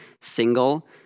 single